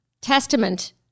testament